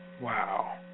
Wow